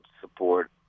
support